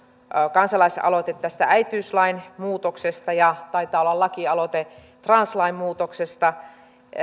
kansalaisaloite tästä äitiyslain muutoksesta ja taitaa olla lakialoite translain muutoksesta kun on